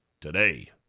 today